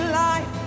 life